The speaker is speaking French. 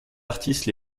artistes